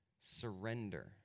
surrender